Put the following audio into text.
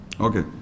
Okay